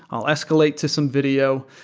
i'll escalate to some video,